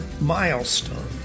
milestone